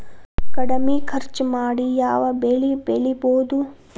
ಕಡಮಿ ಖರ್ಚ ಮಾಡಿ ಯಾವ್ ಬೆಳಿ ಬೆಳಿಬೋದ್?